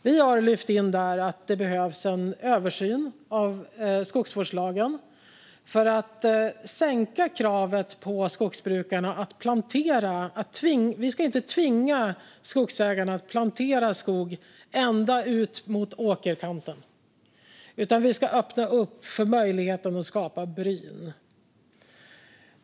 Vi har lyft in i propositionen att det behövs en översyn av skogsvårdslagen för att sänka kravet på skogsbrukarna att plantera. Vi ska inte tvinga skogsägarna att plantera skog ända ut mot åkerkanten utan vi ska öppna för möjligheten att skapa bryn.